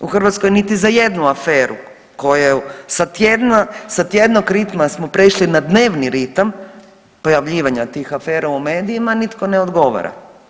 U Hrvatskoj niti za jednu aferu koju sa tjednog ritma smo prešli na dnevni ritam pojavljivanja tih afera u medijima nitko ne odgovara.